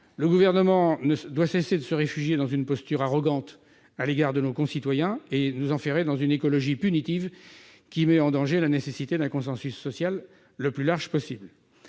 Le Gouvernement doit cesser de se réfugier dans une posture arrogante à l'égard de nos concitoyens et de nous enferrer dans une écologie punitive, qui met en danger la nécessité du consensus social le plus large possible.